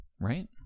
right